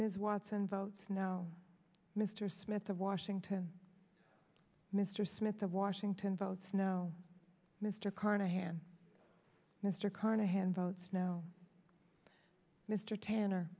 ms watson votes now mr smith of washington mr smith of washington votes no mr carnahan mr carnahan votes no mr tanner